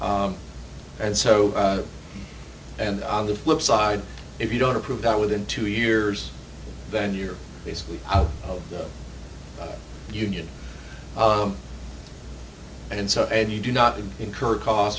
and so and on the flip side if you don't approve that within two years then you're basically out of the union and so and you do not incur cost